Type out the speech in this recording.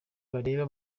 bireba